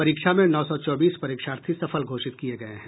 परीक्षा में नौ सौ चौबीस परीक्षार्थी सफल घोषित किये गये हैं